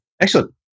Excellent